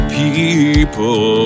people